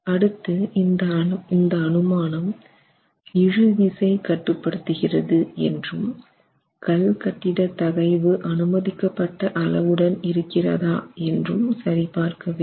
அடுத்து இந்த அனுமானம் இழுவிசை கட்டுப்படுத்தகிறது என்றும் கல் கட்டிட தகைவு அனுமதிக்கப்பட்ட அளவுடன் இருக்கிறதா என்று சரி பார்க்க வேண்டும்